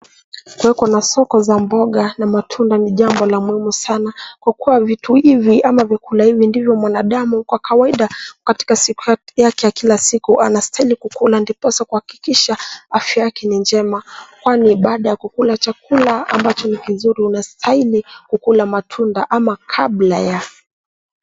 Kuwepo kwa soko za mboga na matunda ni jambo la muhimu sana kwa kuwa vitu hivi ama vyakula hivi ndivyo mwanadamu kwa kawaida katika yake ya kila siku anastahili kukula ndiposa kuhakikisha afya yake ni njema kwani baada ya kukula chakula ambacho ni kizuri unastahili kukula matunda ama kabla ya.